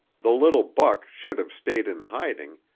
the little buck should have stayed in hiding,